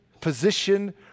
position